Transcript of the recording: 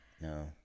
No